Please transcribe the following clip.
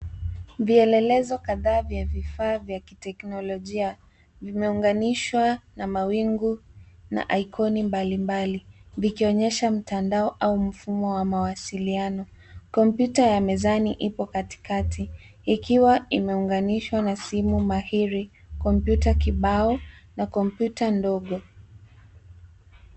Vielelezo kadhaa vya vifaa vya kiteknolojia vimeunganishwa na mawingu na ikoni mbalimbali, vikionyesha mtandao au mfumo wa mawasiliano. Kompyuta ya mezani ipo katikati ikiwa imeunganishwa na simu mahiri, kompyuta kibao na kompyuta ndogo.